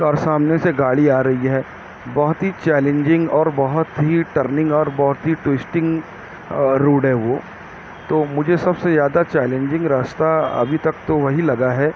اور سامنے سے گاڑی آ رہی ہے بہت ہی چیلنجنگ اور بہت ہی ٹرننگ اور بہت ہی ٹوسٹنگ روڈ ہے وہ تو مجھے سب سے زیادہ چیلنجنگ راستہ ابھی تک تو وہی لگا ہے